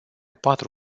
patru